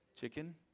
chicken